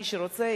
מי שרוצה,